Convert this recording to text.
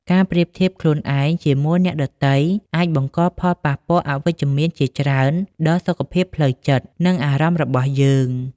ការប្រៀបធៀបខ្លួនឯងជាមួយអ្នកដទៃអាចបង្កផលប៉ះពាល់អវិជ្ជមានជាច្រើនដល់សុខភាពផ្លូវចិត្ត និងអារម្មណ៍របស់យើង។